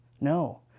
No